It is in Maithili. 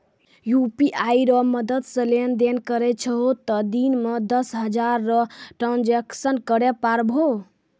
यू.पी.आई रो मदद से लेनदेन करै छहो तें दिन मे दस हजार रो ट्रांजेक्शन करै पारभौ